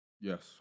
Yes